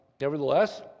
Nevertheless